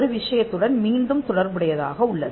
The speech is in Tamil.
ஒரு விஷயத்துடன் மீண்டும் தொடர்புடையதாக உள்ளது